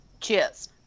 Cheers